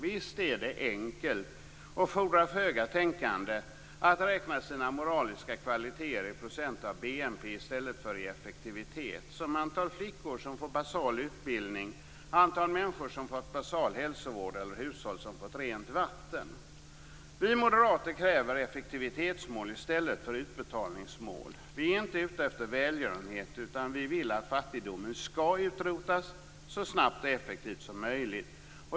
Visst är det enkelt - och fordrar föga av tänkande - att räkna sina moraliska kvaliteter i procent av BNP i stället för i effektivitet, t.ex. antalet flickor som fått basal utbildning, antalet människor som fått basal hälsovård eller hushåll som fått rent vatten. Vi moderater kräver effektivitetsmål i stället för utbetalningsmål. Vi är inte ute efter välgörenhet, utan vi vill att fattigdomen skall utrotas så snabbt och effektivt som möjligt.